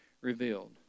revealed